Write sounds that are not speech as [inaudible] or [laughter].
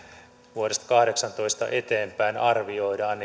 vuodesta kaksituhattakahdeksantoista eteenpäin arvioidaan [unintelligible]